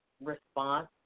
response